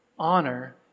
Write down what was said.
Honor